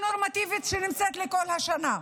הנורמטיבית שנמצאת כל השנה.